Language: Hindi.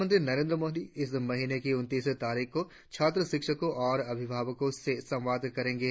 प्रधानमंत्री नरेंद्र मोदी इस महीने की उनतीस तारीख को छात्रों शिक्षकों और अभिभावकों से संवाद करेंगे